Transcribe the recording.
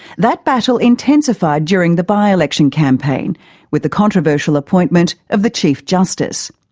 that battle intensified during the by-election campaign with the controversial appointment of the chief justice.